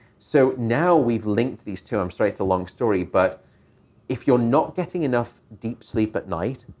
so now we've linked these two. i'm sorry it's a long story. but if you're not getting enough deep sleep at night,